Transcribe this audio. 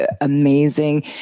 amazing